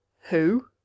Who